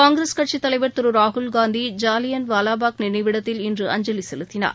காங்கிரஸ் கட்சிதலைவர் திருராகுல் காந்தி ஜாலியன் வாலாபாக் நினைவிடத்தில் இன்று அஞ்சலிசெலுத்தினார்